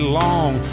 long